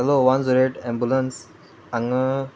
hello one zero eight ambulance हांगा